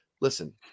listen